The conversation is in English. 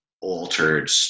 altered